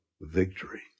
victory